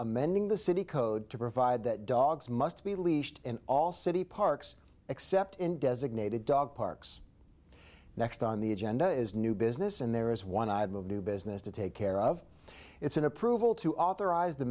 amending the city code to provide that dogs must be leashed in all city parks except in designated dog parks next on the agenda is new business and there is one i'd move to business to take care of it's an approval to authorize the